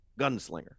gunslinger